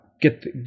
get